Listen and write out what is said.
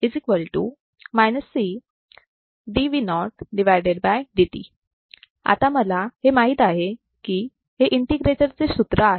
आता मला हे माहित आहे की हे इंटिग्रेटर चे सूत्र आहे